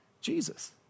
Jesus